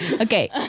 okay